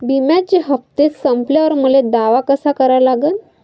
बिम्याचे हप्ते संपल्यावर मले दावा कसा करा लागन?